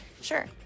sure